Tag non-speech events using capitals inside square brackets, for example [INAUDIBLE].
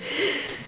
[LAUGHS]